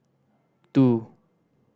two